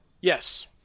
Yes